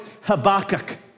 Habakkuk